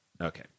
Okay